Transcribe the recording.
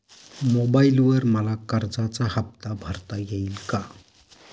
मोबाइलवर मला कर्जाचा हफ्ता भरता येईल का?